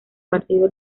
partido